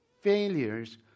failures